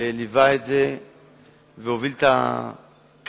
ליווה את זה והוביל את הקו